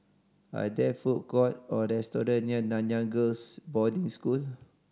are there food court or restaurant near Nanyang Girls' Boarding School